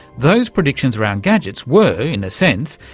those predictions around gadgets were, in a sense,